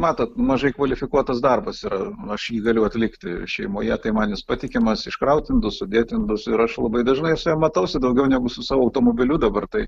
matot mažai kvalifikuotas darbas yra aš jį galiu atlikti šeimoje tai man jis patikimas iškraut indus sudėt indus ir aš labai dažnai su ja matausi daugiau negu su savo automobiliu dabar tai